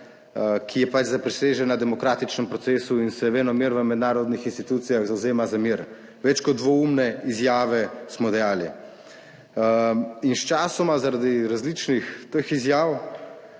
ki je zaprisežena demokratičnem procesu in se venomer v mednarodnih institucijah zavzema za mir. Več kot dvoumne izjave, smo dejali. In sčasoma zaradi različnih teh izjav